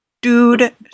Dude